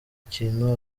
ikintu